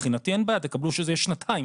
מבחינתי אין בעיה, תקבלו שזה יהיה שנתיים.